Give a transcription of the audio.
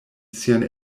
siajn